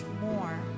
more